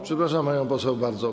Przepraszam panią poseł bardzo.